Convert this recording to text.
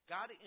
God